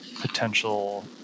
potential